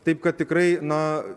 taip kad tikrai na